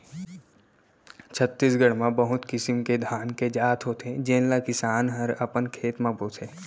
छत्तीसगढ़ म बहुत किसिम के धान के जात होथे जेन ल किसान हर अपन खेत म बोथे